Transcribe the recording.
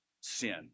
sin